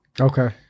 Okay